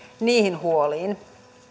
niihin huoliin